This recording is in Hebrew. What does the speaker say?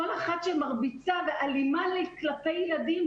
כל אחת שמרביצה ואלימה כלפי ילדים.